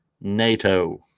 nato